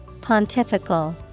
Pontifical